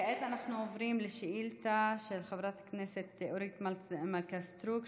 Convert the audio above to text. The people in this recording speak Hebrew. כעת אנחנו עוברים לשאילתה של חברת הכנסת אורית מלכה סטרוק,